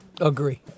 Agree